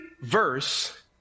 verse